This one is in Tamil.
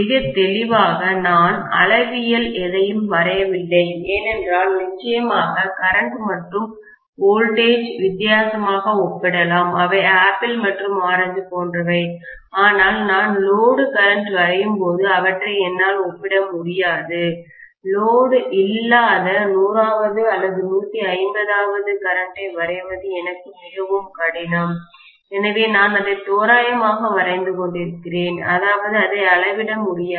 மிகத் தெளிவாக நான் அளவியில் எதையும் வரையவில்லை ஏனென்றால் நிச்சயமாக கரண்ட் மற்றும் வோல்டேஜ்மின்னழுத்தங்கள் வித்தியாசமாக ஒப்பிடலாம் அவை ஆப்பிள் மற்றும் ஆரஞ்சு போன்றவை ஆனால் நான் லோடு கரண்ட் வரையும்போது அவற்றை என்னால் ஒப்பிட முடியாது லோடு இல்லாத 100 வது அல்லது 150 வது கரண்ட்டை வரைவது எனக்கு மிகவும் கடினம் எனவே நான் அதை தோராயமாக வரைந்து கொண்டிருக்கிறேன் அதாவது அதை அளவிட முடியாது